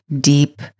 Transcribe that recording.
deep